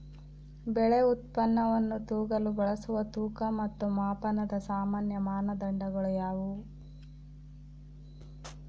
ಬೆಳೆ ಉತ್ಪನ್ನವನ್ನು ತೂಗಲು ಬಳಸುವ ತೂಕ ಮತ್ತು ಮಾಪನದ ಸಾಮಾನ್ಯ ಮಾನದಂಡಗಳು ಯಾವುವು?